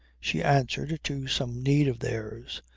she answered to some need of theirs.